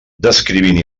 descrivint